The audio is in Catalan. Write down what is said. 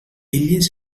elles